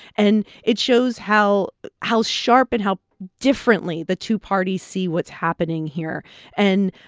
and it shows how how sharp and how differently the two parties see what's happening here and,